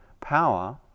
power